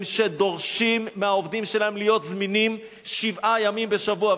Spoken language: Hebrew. דורשים מהעובדים שלהם להיות זמינים שבעה ימים בשבוע.